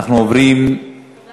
אנחנו עוברים לשאילתות.